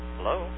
Hello